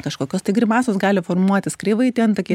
kažkokios tai grimasos gali formuotis kreivai tie antakiai